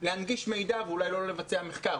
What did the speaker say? להנגיש מידע ואולי לא לבצע מחקר.